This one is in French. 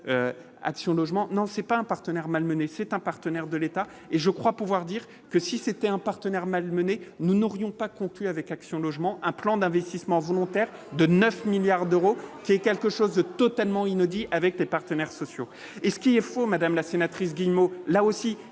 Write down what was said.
action logement non c'est pas un partenaire malmené, c'est un partenaire de l'État et je crois pouvoir dire que si c'était un partenaire malmené, nous n'aurions pas conclu avec Action Logement : un plan d'investissement volontaire de 9 milliards d'euros, qui est quelque chose de totalement inédit avec les partenaires sociaux et ce qui est faux, madame la sénatrice Guillemot, là aussi,